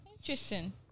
interesting